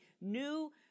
new